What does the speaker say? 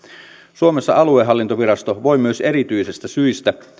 suomessa aluehallintovirasto voi myös erityisistä syistä